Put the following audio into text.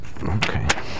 Okay